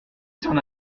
s’en